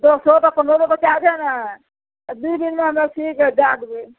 दसो टा पनरहो टा बच्चा आबै ने तऽ दुइ दिनमे हमे सीके दै देबै